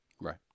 Right